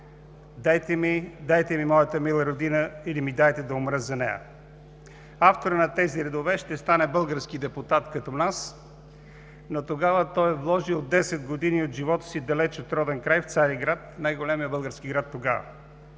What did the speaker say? дайте ми моята мила Родина или ми дайте да умра за нея!“ Авторът на тези редове ще стане български депутат, като нас, но тогава той е вложил 10 години от живота си далеч от роден край – в Цариград, най-големия български град тогава.